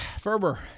Ferber